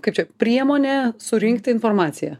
kaip čia priemonė surinkti informaciją